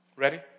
Ready